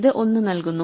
ഇത് ഒന്ന് നൽകുന്നു